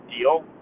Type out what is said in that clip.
deal